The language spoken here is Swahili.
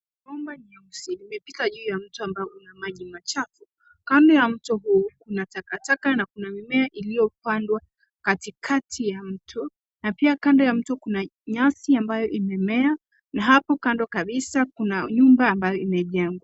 Bomba jeusi limepita mto ambao una maji machafu. Kando ya mto huu, kuna takataka na kuna mimea iliyopandwa katikati ya mto, na pia kando ya mto kuna nyasi ambayo imemea na hapo kando kabisa kuna nyumba ambayo imejengwa.